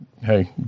Hey